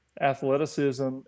athleticism